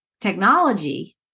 technology